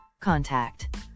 Contact